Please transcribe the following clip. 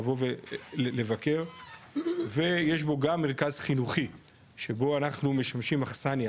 לבוא ולבקר ויש בו גם מרכז חינוכי שבו אנחנו משמשים מחסניה